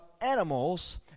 animals